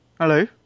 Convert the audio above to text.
Hello